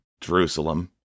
Jerusalem